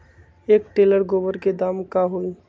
एक टेलर गोबर के दाम का होई?